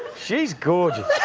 she's gorgeous